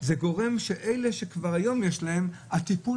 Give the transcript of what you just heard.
תהיה אפשרות